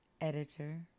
editor